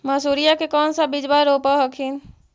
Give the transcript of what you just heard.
मसुरिया के कौन सा बिजबा रोप हखिन?